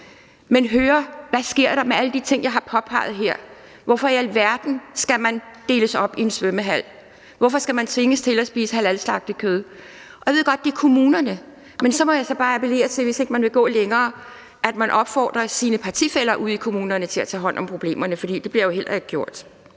svare på, hvad der sker med alle de ting, jeg har påpeget her. Hvorfor i alverden skal man deles op i en svømmehal? Hvorfor skal man tvinges til at spise halalslagtet kød? Og jeg ved godt, at det ligger hos kommunerne, men så må jeg bare appellere til, hvis ikke man vil gå længere, at man opfordrer sine partifæller ude i kommunerne til at tage hånd om problemerne. For det bliver jo heller ikke gjort.